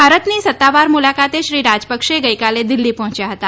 ભારતની સત્તાવાર મુલાકાતે શ્રી રાજપક્ષે ગઇકાલે દીલ્ફી પહોચ્યા હતા